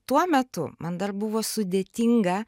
tuo metu man dar buvo sudėtinga